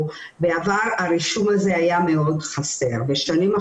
לא ברמה שהיה אמור להיות.